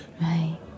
right